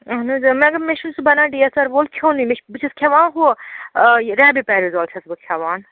اہن حظ آ مَگر مےٚ چھُنہٕ سُہ بَنان ڈی ایس آر وول کھیوٚنُے مےٚ بہٕ چھَس کھٮ۪وان ہُہ ریبیپیرزال چھَس بہٕ کھٮ۪وان